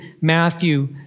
Matthew